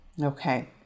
okay